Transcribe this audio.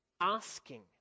asking